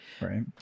Right